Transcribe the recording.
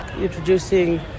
introducing